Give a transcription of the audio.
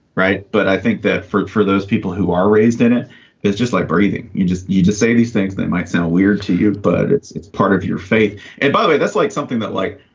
right. but i think that fruit for those people who are raised in it is just like breathing. you just you just say these things that might sound weird to you, but it's it's part of your faith and body that's like something that like,